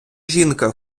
жінка